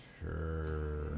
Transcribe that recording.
Sure